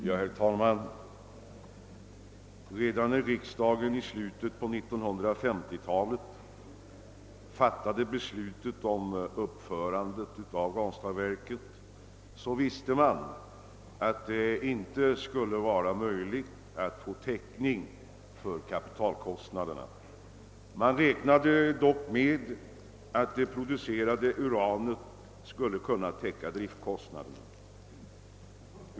Herr talman! Redan när riksdagen i slutet på 1950-talet fattade beslutet om uppförande av Ranstadsverket visste man att det skulle vara omöjligt att få täckning för kapitalkostnaderna, men man räknade med att det producerade uranet ändå skulle täcka driftkostnaderna.